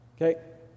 Okay